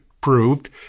proved